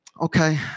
okay